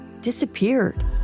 disappeared